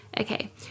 Okay